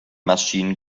maschinen